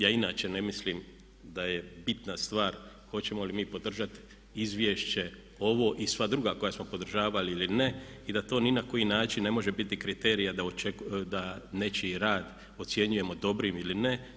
Ja inače ne mislim da je bitna stvar hoćemo li mi podržati izvješće ovo i sva druga koja smo podržavali ili ne i da to ni na koji način ne može biti kriterij, a da nečiji rad ocjenjujemo dobrim ili ne.